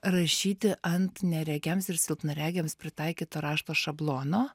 rašyti ant neregiams ir silpnaregiams pritaikyto rašto šablono